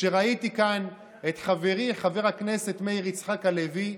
כשראיתי כאן את חברי חבר הכנסת מאיר יצחק הלוי,